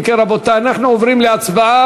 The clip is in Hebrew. אם כן, רבותי, אנחנו עוברים להצבעה.